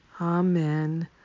Amen